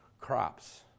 crops